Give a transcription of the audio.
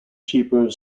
cheaper